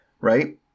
Right